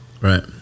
Right